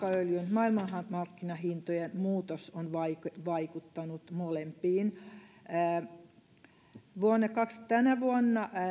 maailmamarkkinahintojen muutos on vaikuttanut molempiin tänä vuonna